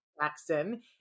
Jackson